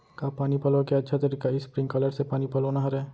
का पानी पलोय के अच्छा तरीका स्प्रिंगकलर से पानी पलोना हरय?